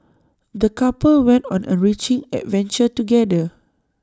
the couple went on an enriching adventure together